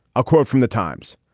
a quote from the times.